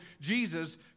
Jesus